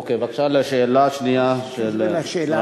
צריך להודות לו, הוא מתנדב.